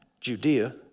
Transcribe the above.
Judea